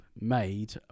made